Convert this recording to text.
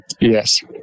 Yes